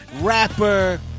rapper